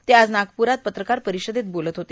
ते आज नागपुरात पत्रकार परिषदेत बोलत होते